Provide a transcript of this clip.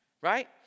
right